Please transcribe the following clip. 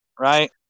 Right